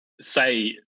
say